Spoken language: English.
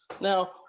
Now